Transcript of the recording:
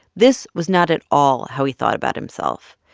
this was not at all how he thought about himself.